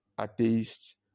atheist